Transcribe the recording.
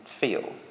feel